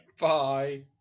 Bye